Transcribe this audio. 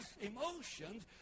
emotions